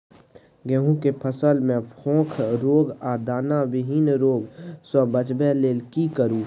गेहूं के फसल मे फोक रोग आ दाना विहीन रोग सॅ बचबय लेल की करू?